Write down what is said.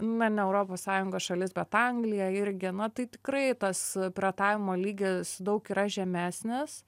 na ne europos sąjungos šalis bet anglija irgi na tai tikrai tas piratavimo lygis daug yra žemesnis